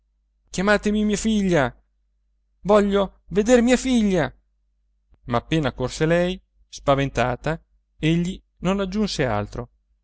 chiamatemi mia figlia voglio veder mia figlia ma appena accorse lei spaventata egli non aggiunse altro